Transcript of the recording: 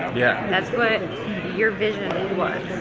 yeah. that's what your vision was.